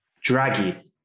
Draggy